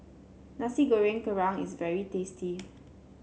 Nasi Goreng Kerang is very tasty